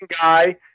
guy